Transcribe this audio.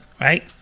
right